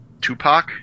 Tupac